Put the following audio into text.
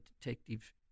detective